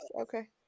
Okay